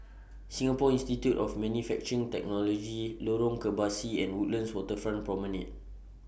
Singapore Institute of Manufacturing Technology Lorong Kebasi and Woodlands Waterfront Promenade